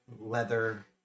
leather